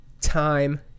Time